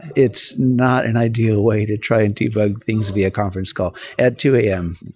it's not an ideal way to try and debug things via conference call at two am,